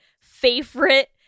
favorite